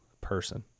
person